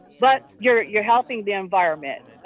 but you're you're helping the environment.